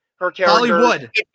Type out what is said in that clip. Hollywood